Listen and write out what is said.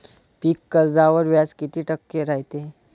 पीक कर्जावर व्याज किती टक्के रायते?